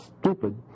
stupid